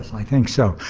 i think so.